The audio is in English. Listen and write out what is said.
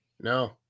No